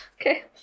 okay